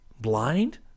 blind